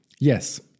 Yes